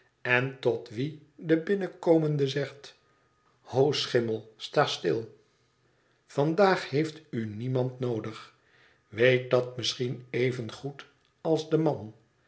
en tot wien de binnenkomende zegt ho schimmel sta stil vandaag heeft uniemand noodig weet dat misschien evengoed als de man